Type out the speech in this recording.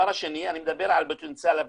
אני מדבר על פוטנציאל הפיתוח.